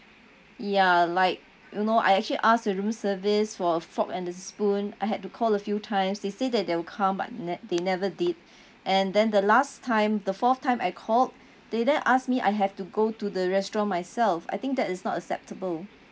ya like you know I actually asked the room service for a fork and a spoon I had to call a few times they say that they will come but ne~ they never did and then the last time the fourth time I called they then asked me I have to go to the restaurant myself I think that is not acceptable